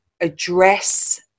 address